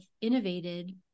innovated